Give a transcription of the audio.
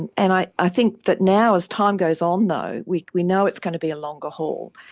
and and i think that now as time goes on though we we know it's going to be a longer haul.